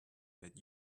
that